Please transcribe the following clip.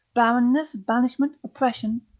barrenness, banishment, oppression,